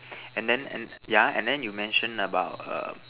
and then and yeah and then you mention about err